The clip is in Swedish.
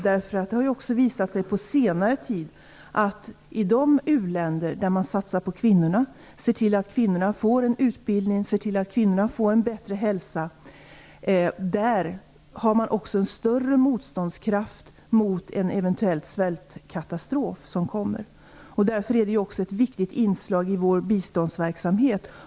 På senare tid har det ju visat sig att i de u-länder där man satsar på kvinnorna och ser till att de får utbildning och en bättre hälsa är motståndskraften större mot en eventuellt kommande svältkatastrof. Därför är det också ett viktigt inslag i vår biståndsverksamhet.